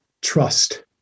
trust